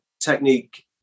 technique